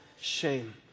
shame